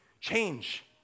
change